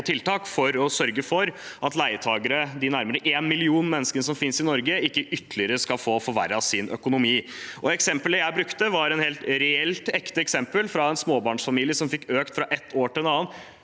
tiltak for å sørge for at leietakere i Norge – nærmere én million mennesker – ikke ytterligere skal få forverret sin økonomi. Eksempelet jeg brukte, var et helt reelt og ekte eksempel fra en småbarnsfamilie som fikk økt leia si fra et år til et annet